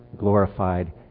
glorified